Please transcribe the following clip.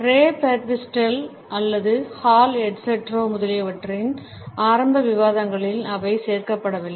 ரே Birdwhistell அல்லது Hall etcetera முதலியவற்றின் ஆரம்ப விவாதங்களில் அவை சேர்க்கப்படவில்லை